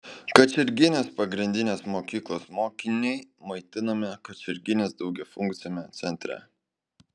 kačerginės pagrindinės mokyklos mokiniai maitinami kačerginės daugiafunkciame centre